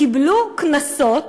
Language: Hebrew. קיבלו קנסות